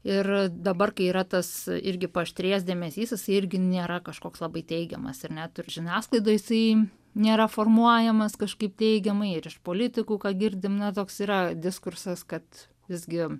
ir dabar kai yra tas irgi paaštrėjęs dėmesys jisai irgi nėra kažkoks labai teigiamas ir net ir žiniasklaidoj jisai nėra formuojamas kažkaip teigiamai ir iš politikų ką girdim na toks yra diskursas kad visgi